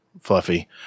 Fluffy